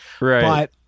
right